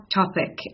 topic